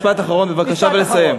משפט אחרון בבקשה ולסיים.